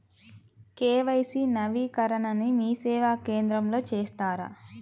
KYC నవీకరణని మీసేవా కేంద్రం లో చేస్తారా?